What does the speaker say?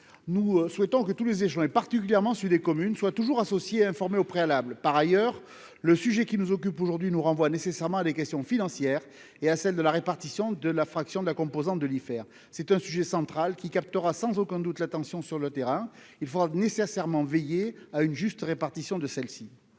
Nous souhaitons que tous les échelons, particulièrement les communes, soient toujours associés et informés au préalable. Par ailleurs, le sujet qui nous occupe aujourd'hui nous renvoie nécessairement à des questions financières, en particulier celle de la répartition de la fraction de la composante de l'Ifer. C'est un sujet central qui captera sans aucun doute l'attention sur le terrain. Il faudra nécessairement veiller à une juste répartition. Quel est